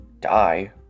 die